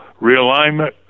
realignment